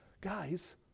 guys